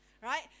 right